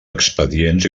expedients